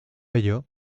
ello